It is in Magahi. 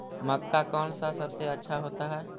मक्का कौन सा सबसे अच्छा होता है?